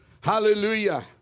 Hallelujah